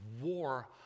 war